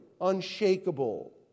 unshakable